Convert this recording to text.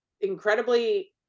incredibly-